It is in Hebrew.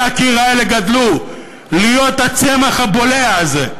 הקיר האלה גדלו להיות הצמח הבולע הזה,